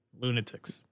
Lunatics